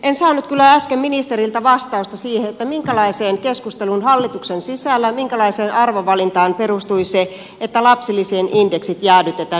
en saanut kyllä äsken ministeriltä vastausta siihen minkälaiseen keskusteluun hallituksen sisällä minkälaiseen arvovalintaan perustui se että lapsilisien indeksit jäädytetään